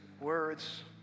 words